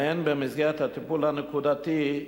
והן במסגרת הטיפול הנקודתי,